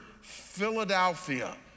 philadelphia